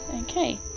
Okay